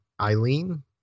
Eileen